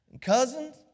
Cousins